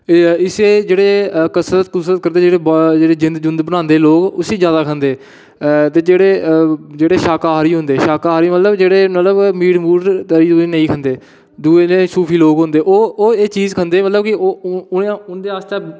एह् ऐ इसी जेह्ड़े कसरत करदे जेह्ड़े जिंद बनांदे लोक उसी जादे खंदे आ ते जेह्ड़े जेह्ड़े शाकाहारी होंदे शाकाहारी मतलब जेह्ड़े मीट तरी नेईं खंदे दूए जेह्ड़े सूफी लोक होंदे ओह् एह् चीज़ खंदे मतलब की ओह् उं'दे आस्तै